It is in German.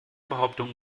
behauptung